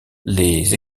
les